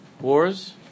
wars